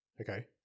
Okay